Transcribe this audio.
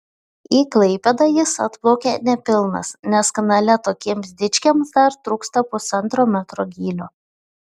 į klaipėdą jis atplaukė nepilnas nes kanale tokiems dičkiams dar trūksta pusantro metro gylio